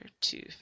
two